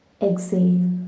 Exhale